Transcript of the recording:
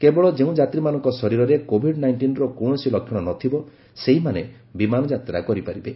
କେବଳ ଯେଉଁ ଯାତ୍ରୀମାନଙ୍କ ଶରୀରରେ କୋଭିଡ୍ ନାଇଷ୍ଟିନ୍ର କୌଣସି ଲକ୍ଷଣ ନଥିବ ସେହିମାନେ ବିମାନ ଯାତ୍ରା କରିପାରିବେ